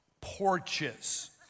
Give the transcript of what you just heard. porches